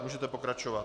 Můžete pokračovat.